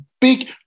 big